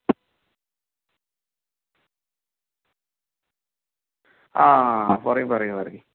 ആ പറയ് പറയ് പറയ്